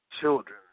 children